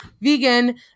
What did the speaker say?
vegan